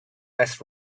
less